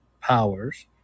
powers